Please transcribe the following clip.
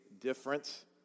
difference